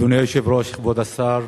אדוני היושב-ראש, כבוד השר,